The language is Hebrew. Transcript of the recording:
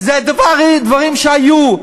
זה דברים שהיו.